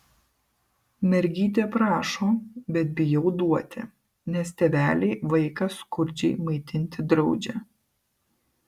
mergytė prašo bet bijau duoti nes tėveliai vaiką skurdžiai maitinti draudžia